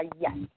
yes